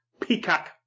Peacock